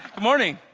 morning.